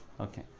Okay